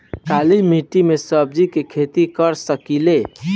काली मिट्टी में सब्जी के खेती कर सकिले?